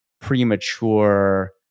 premature